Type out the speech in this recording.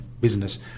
business